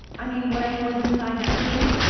i mean whatever was inside that tomb